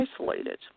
isolated